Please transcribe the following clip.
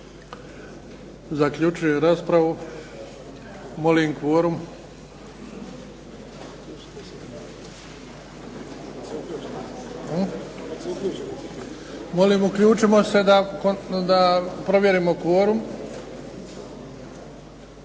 Zaključujem raspravu. Molim kvorum. Molim uključimo se da provjerimo kvorum.